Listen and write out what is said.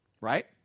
right